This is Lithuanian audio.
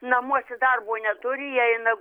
namuose darbo neturi jie eina